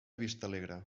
vistalegre